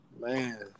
Man